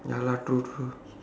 ya lah true true